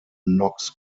knox